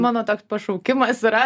mano toks pašaukimas yra